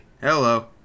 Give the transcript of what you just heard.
Hello